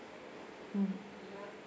mm